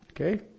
Okay